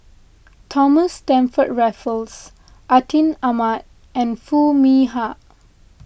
Thomas Stamford Raffles Atin Amat and Foo Mee Har